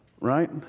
Right